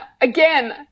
again